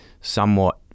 somewhat